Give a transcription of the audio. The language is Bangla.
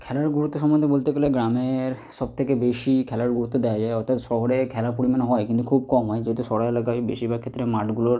খেলার গুরুত্ব সম্বন্ধে বলতে গেলে গ্রামের সব থেকে বেশি খেলার গুরুত্ব দেওয়া যায় অর্থাৎ শহরে খেলার পরিমাণে হয় কিন্তু খুব কম হয় যেহেতু শহর এলাকায় বেশিরভাগ ক্ষেত্রে মাঠগুলোর